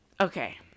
okay